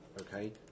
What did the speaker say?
okay